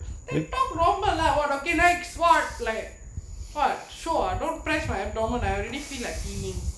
they talk normal lah what okay next what like what sure don't press my abdominal already feel like peeing